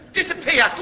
disappear